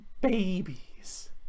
Babies